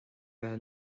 bheith